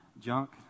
junk